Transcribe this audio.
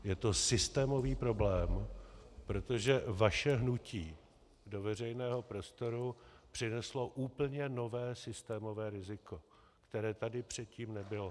Je to systémový problém, protože vaše hnutí do veřejného prostoru přineslo úplně nové systémové riziko, které tady předtím nebylo.